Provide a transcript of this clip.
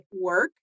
work